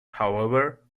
however